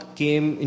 came